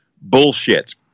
bullshit